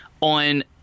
on